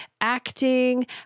acting